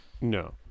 no